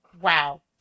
Wow